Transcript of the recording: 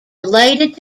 related